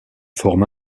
forme